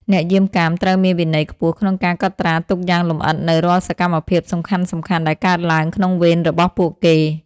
អ្នកយាមកាមត្រូវមានវិន័យខ្ពស់ក្នុងការកត់ត្រាទុកយ៉ាងលម្អិតនូវរាល់សកម្មភាពសំខាន់ៗដែលកើតឡើងក្នុងវេនរបស់ពួកគេ។